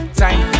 time